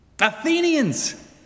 Athenians